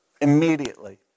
Immediately